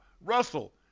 Russell